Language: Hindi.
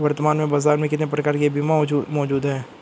वर्तमान में बाज़ार में कितने प्रकार के बीमा मौजूद हैं?